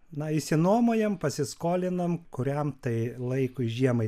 na išsinuomojam pasiskolinam kuriam tai laikui žiemai